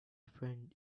friend